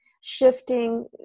shifting